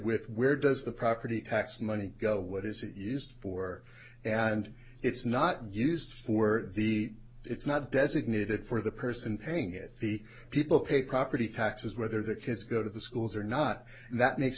with where does the property tax money go what is it used for and it's not used for the it's not designated for the person paying it the people pay property taxes whether the kids go to the schools or not